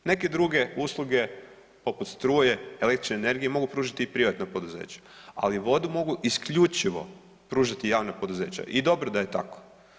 Neke druge usluge poput struje, električne energije mogu pružiti i privatna poduzeća, ali vodu mogu isključivo pružati javna poduzeća i dobro da je tako.